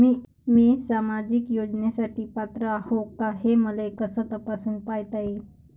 मी सामाजिक योजनेसाठी पात्र आहो का, हे मले कस तपासून पायता येईन?